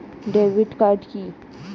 Debit card key?